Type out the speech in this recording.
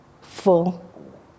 Full